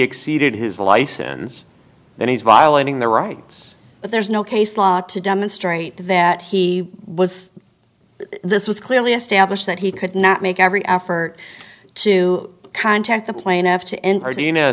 exceeded his license then he's violating the rights but there's no case law to demonstrate that he was this was clearly established that he could not make every effort to contact the plaintiff to enter you know